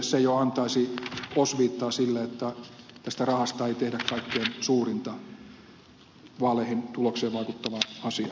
se jo antaisi osviittaa sille että rahasta ei tehdä kaikkein suurinta vaalien tuloksiin vaikuttavaa asiaa